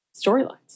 storylines